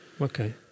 okay